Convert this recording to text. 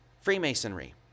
Freemasonry